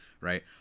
right